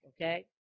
okay